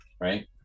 right